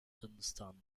dunstan